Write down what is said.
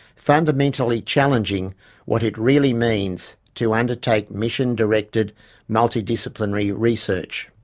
fundamentally challenging what it really means to undertake mission-directed multi-disciplinary research.